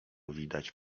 widać